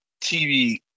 TV